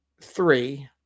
three